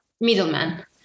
Middleman